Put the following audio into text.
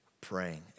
praying